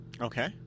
Okay